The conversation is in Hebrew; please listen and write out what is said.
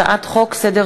י"ב בסיוון תשע"ד.